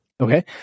Okay